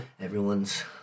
everyone's